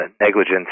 negligence